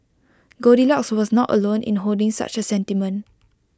goldilocks was not alone in holding such A sentiment